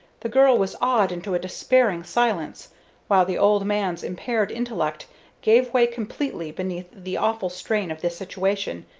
the girl was awed into a despairing silence while the old man's impaired intellect gave way completely beneath the awful strain of the situation,